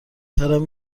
کردم